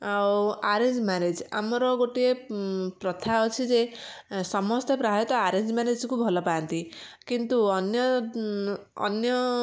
ଆଉ arrange marriage ଆମର ଗୋଟିଏ ପ୍ରଥା ଅଛି ଯେ ସମସ୍ତେ ପ୍ରାୟତଃ ଆରେଞ୍ଜ ମ୍ୟାରେଜ କୁ ଭଲ ପାଆନ୍ତି କିନ୍ତୁ ଅନ୍ୟ ଅନ୍ୟ